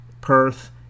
Perth